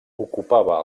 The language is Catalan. ocupava